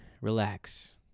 relax